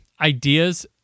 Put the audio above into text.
ideas